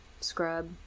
scrub